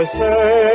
say